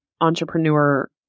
entrepreneur